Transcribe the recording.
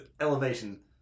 elevation